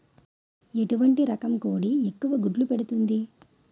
ఎటువంటి రకం కోడి ఎక్కువ గుడ్లు పెడుతోంది?